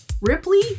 Ripley